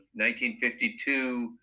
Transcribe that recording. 1952